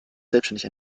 selbständig